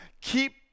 Keep